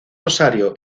rosario